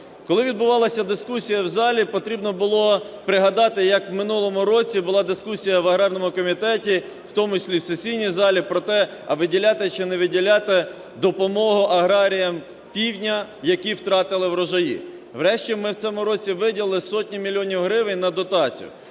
Коли відбувалася дискусія в залі, потрібно було пригадати, як у минулому році була дискусія в аграрному комітеті, в тому числі і в сесійній залі про те, виділяти чи не виділяти допомогу аграріям півдня, які втратили врожаї. Врешті ми в цьому році виділили сотні мільйонів гривень на дотації.